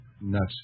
Nuts